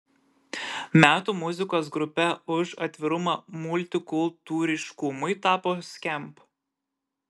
metų muzikos grupe už atvirumą multikultūriškumui tapo skamp